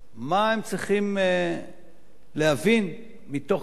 מה הם צריכים להבין מתוך כך